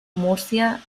múrcia